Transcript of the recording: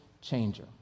changer